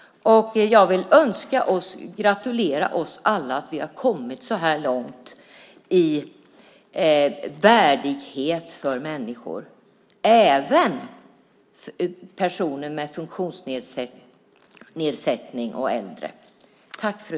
Jag vill också gratulera oss alla till att vi har kommit så här långt när det gäller värdighet för människor, även för personer med funktionsnedsättning och för äldre.